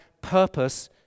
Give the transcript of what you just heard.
purpose